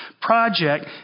project